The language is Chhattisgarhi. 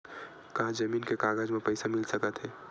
का जमीन के कागज म पईसा मिल सकत हे?